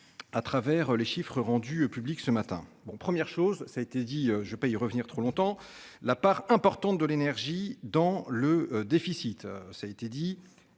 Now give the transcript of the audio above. À travers les chiffres rendus publics ce matin bon première chose, ça a été dit je paye revenir trop longtemps la part importante de l'énergie dans le déficit.